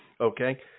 okay